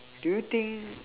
do you think